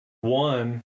one